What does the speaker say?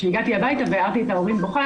כשהגעתי הביתה והערתי את ההורים בוכה,